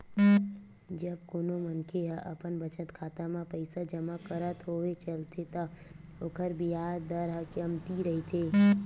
जब कोनो मनखे ह अपन बचत खाता म पइसा जमा करत होय चलथे त ओखर बियाज दर ह कमती रहिथे